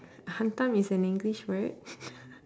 hantam is an english word